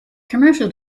commercial